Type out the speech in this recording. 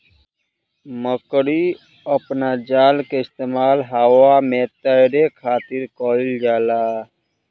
मकड़ी अपना जाल के इस्तेमाल हवा में तैरे खातिर कईल जाला